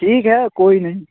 ٹھیک ہے کوئی نہیں